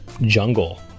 Jungle